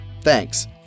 Thanks